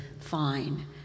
fine